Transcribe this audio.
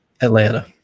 Atlanta